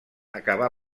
acabà